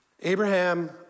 Abraham